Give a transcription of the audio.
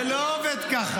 זה לא עובד ככה.